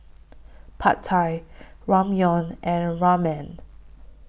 Pad Thai Ramyeon and Ramen